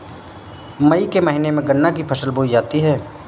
मई के महीने में गन्ना की फसल बोई जाती है